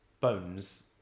Bones